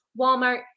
Walmart